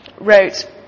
wrote